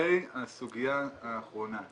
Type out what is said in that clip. לגבי הסוגיה האחרונה,